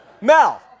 Mel